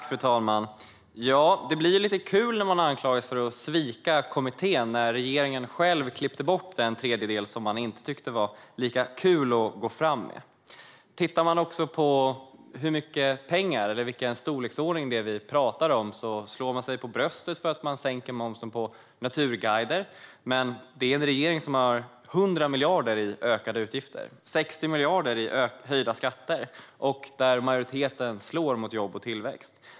Fru talman! Det blir lite kul när man anklagas för att svika kommittén när regeringen själv klippte bort den tredjedel som de inte tyckte var lika kul att gå fram med. Vi kan titta på hur mycket pengar eller vilken storleksordning som man pratar om. Man slår sig för bröstet för att man sänker momsen på naturguider, men det är en regering som har 100 miljarder i ökade utgifter och 60 miljarder i höjda skatter, varav majoriteten slår mot jobb och tillväxt.